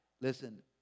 listen